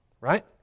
right